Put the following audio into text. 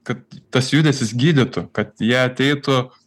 kad tas judesys gydytų kad jie ateitų